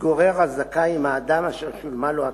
התגורר הזכאי עם האדם אשר שולמה לו התוספת,